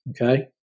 Okay